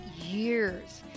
years